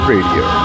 Radio